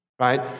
right